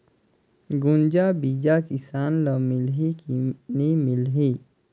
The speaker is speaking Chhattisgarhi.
गुनजा बिजा किसान ल मिलही की नी मिलही?